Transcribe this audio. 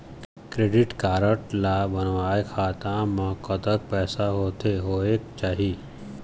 Credit card ला बनवाए खाता मा कतक पैसा होथे होएक चाही?